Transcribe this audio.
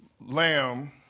lamb